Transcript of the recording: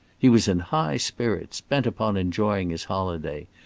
he was in high spirits, bent upon enjoying his holiday,